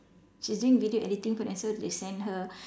she is doing video editing so they send her